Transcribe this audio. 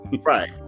right